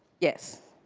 yes.